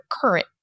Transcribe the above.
current